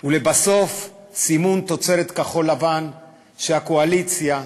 ולבסוף, סימון תוצרת כחול-לבן, שהקואליציה הפילה,